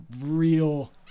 Real